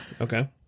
Okay